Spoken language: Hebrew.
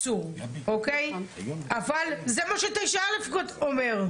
זה מה ש-9א אומר.